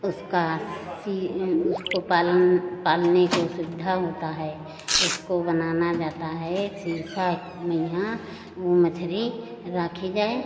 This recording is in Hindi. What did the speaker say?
उसका सी उसको पालन पालने काे सुविधा होता है उसको बनाना जाता है शीशा में यहाँ वह मछली रखी जाए